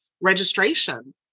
registration